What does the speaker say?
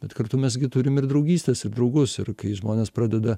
bet kartu mes gi turim ir draugystes ir draugus ir kai žmonės pradeda